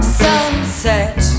sunset